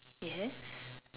yes